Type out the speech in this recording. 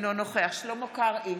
אינו נוכח שלמה קרעי,